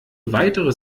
weitere